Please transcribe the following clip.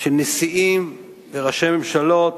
של נשיאים וראשי ממשלות,